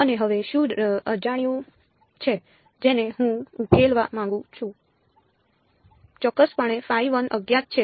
અને હવે શું અજાણ્યું છે